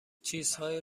چیزهایی